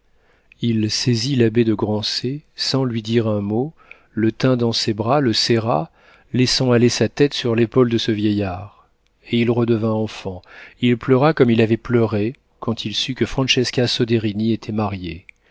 il saisit l'abbé de grancey sans lui dire un mot le tint dans ses bras le serra laissant aller sa tête sur l'épaule de ce vieillard et il redevint enfant il pleura comme il avait pleuré quand il sut que francesca soderini était mariée